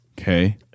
Okay